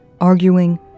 arguing